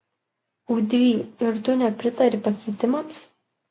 udry ir tu nepritari pakeitimams